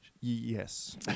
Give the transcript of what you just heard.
Yes